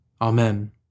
Amen